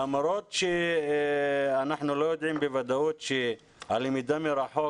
למרות שאנחנו לא יודעים בוודאות שהלמידה מרחוק